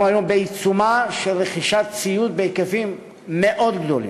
אנחנו היום בעיצומה של רכישת ציוד בהיקפים מאוד גדולים,